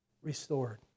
restored